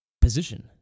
position